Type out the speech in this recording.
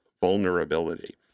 vulnerability